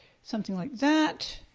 something like that.